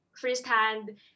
firsthand